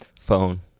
Phone